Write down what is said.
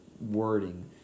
wording